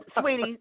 Sweetie